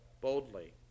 boldly